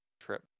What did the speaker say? trip